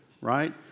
right